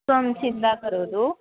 त्वं चिन्तां करोतु